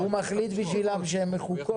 הוא מחליט עבורם שהן מחוקות?